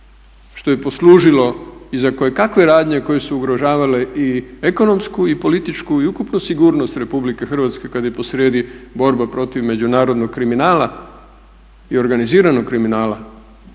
što je poslužilo i za kojekakve radnje koje su ugrožavale i ekonomsku i političku i ukupnu sigurnost Republike Hrvatske kada je posrijedi borba protiv međunarodnog kriminala i organiziranog kriminala.